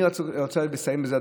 אני רוצה לסיים בזה,